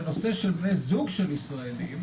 בנושא של בני זוג של ישראלים,